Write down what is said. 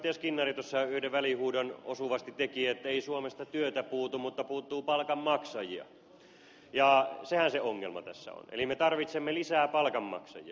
skinnari tuossa yhden välihuudon osuvasti teki ei suomesta työtä puutu mutta puuttuu palkanmaksajia ja sehän se ongelma tässä on eli me tarvitsemme lisää palkanmaksajia